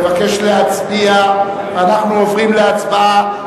אנחנו עוברים להצבעה.